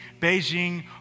Beijing